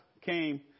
came